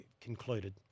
concluded